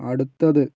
അടുത്തത്